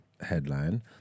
headline